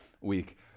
week